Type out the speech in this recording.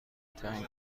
تنگ